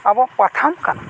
ᱟᱵᱚ ᱯᱟᱛᱷᱟᱢ ᱠᱟᱱᱟ